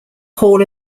hall